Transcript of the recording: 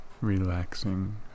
relaxing